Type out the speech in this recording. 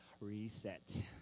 Reset